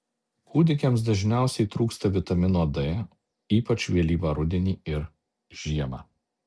kūdikiams dažniausiai trūksta vitamino d ypač vėlyvą rudenį ir žiemą